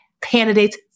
candidates